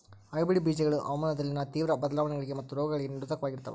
hybrid ಬೇಜಗಳು ಹವಾಮಾನದಲ್ಲಿನ ತೇವ್ರ ಬದಲಾವಣೆಗಳಿಗೆ ಮತ್ತು ರೋಗಗಳಿಗೆ ನಿರೋಧಕವಾಗಿರ್ತವ